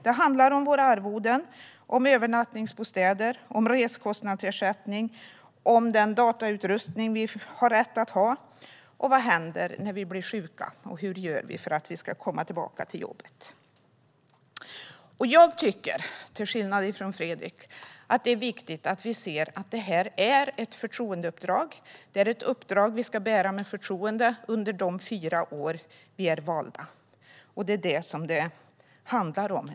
Det handlar alltså om våra arvoden, om övernattningsbostäder, om resekostnadsersättning, om den datorutrustning vi har rätt att ha, om vad som händer när vi blir sjuka och hur vi gör för att komma tillbaka till jobbet. Jag tycker, till skillnad från Fredrik, att det är viktigt att vi ser att det här är ett förtroendeuppdrag. Det är ett uppdrag vi ska bära med förtroende under de fyra år vi är valda. Det är vad det handlar om.